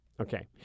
Okay